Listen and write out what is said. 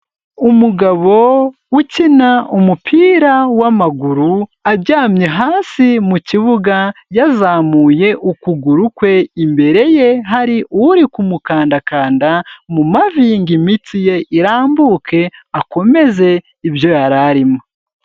Umugabo ukina umupira w'amaguru aryamye hasi mu kibuga, yazamuye ukuguru kwe, imbere ye hari uri kumukandakanda mu mavi ngo imitsi ye irambuke, akomeze ibyo yari arimo.